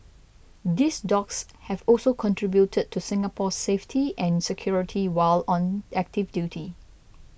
these dogs have also contributed to Singapore's safety and security while on active duty